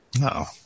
No